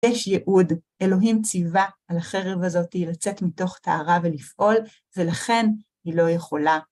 יש ייעוד, אלוהים ציווה על החרב הזאתי לצאת מתוך טערה ולפעול, ולכן היא לא יכולה.